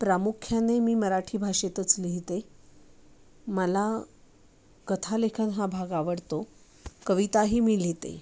प्रामुख्याने मी मराठी भाषेतच लिहिते मला कथा लेखन हा भाग आवडतो कविताही मी लिहिते